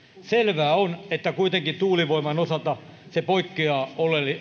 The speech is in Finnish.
selvää on että kuitenkin tuulivoiman osalta se poikkeaa